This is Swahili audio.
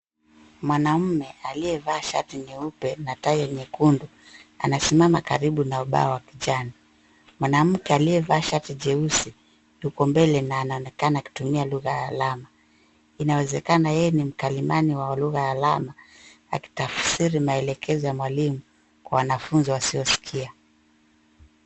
Mwanaume aliyevaa shati nyeupe na tai ya nyekundu, anasimama karibu na ubao wa kijani. Mwanamke aliyevaa shati jeusi, yuko mbele na anaonekana akitumia lugha ya alama. Inawezekana ye ni mkalimani wa lugha ya alama akitafsiri maelekezo ya mwalimu kwa wanafunzi wasiosikia.